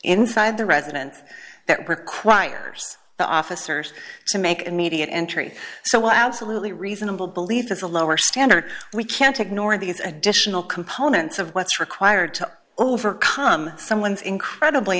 inside the resident that requires the officers to make immediate entry so absolutely reasonable belief is a lower standard we can't ignore these additional components of what's required to overcome someone's incredibly